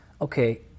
okay